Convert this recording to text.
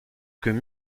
queue